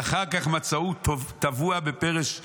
ואחר כך מצאוהו טבוע בפרש הפילים".